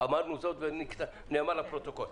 ואמרנו זאת ונאמר לפרוטוקול.